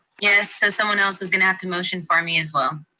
yes, so someone else is gonna have to motion for me as well.